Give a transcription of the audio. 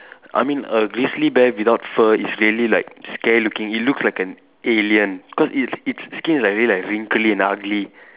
I mean a grizzly bear without fur is really like scary looking it looks like an alien cause it it's skin is like really like wrinkly and ugly